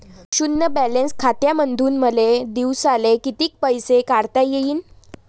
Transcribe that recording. शुन्य बॅलन्स खात्यामंधून मले दिवसाले कितीक पैसे काढता येईन?